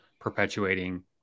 perpetuating